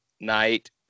night